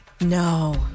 No